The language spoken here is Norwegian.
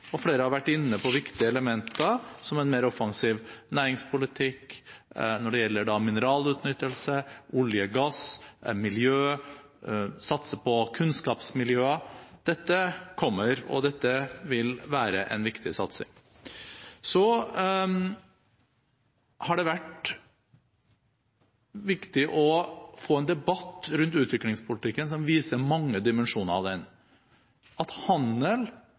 Flere har vært inne på viktige elementer som en mer offensiv næringspolitikk når det gjelder mineralutnyttelse, olje, gass, miljø og å satse på kunnskapsmiljøer. Dette kommer, og det vil være en viktig satsing. Så har det vært viktig å få en debatt rundt utviklingspolitikken som viser mange dimensjoner av den – at handel,